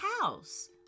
house